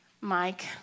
Mike